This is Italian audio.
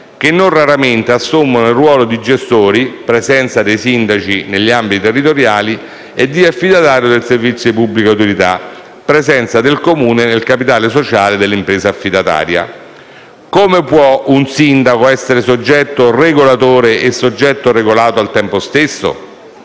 che non raramente assommano il ruolo di gestori (presenza dei sindaci negli ambiti territoriali) e di affidatari del servizio di pubblica utilità (presenza del Comune nel capitale sociale dell'impresa affidataria). Come può un sindaco essere soggetto regolatore e soggetto regolato al tempo stesso